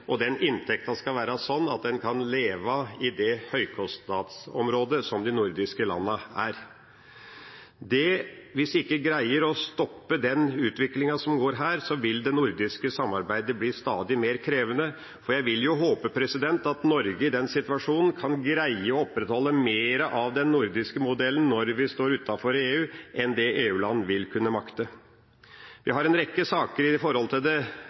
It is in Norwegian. og den inntekten skal være sånn at en kan leve i det høykostnadsområdet de nordiske landene er. Hvis vi ikke greier å stoppe utviklingen her, vil det nordiske samarbeidet bli stadig mer krevende. Jeg vil jo håpe at Norge i den situasjonen kan greie å opprettholde mer av den nordiske modellen når vi står utenfor EU, enn det EU-land vil kunne makte. Vi har en rekke saker i tilknytning til grensehinderarbeidet som går på skatt og sosiale ytelser, og det